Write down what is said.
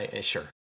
Sure